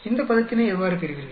இந்த பதத்தினை எவ்வாறு பெறுவீர்கள்